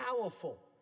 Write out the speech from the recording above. powerful